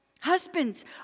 Husbands